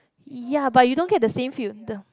ya but you don't get the same feel the